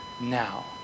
now